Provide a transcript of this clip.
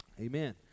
Amen